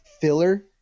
filler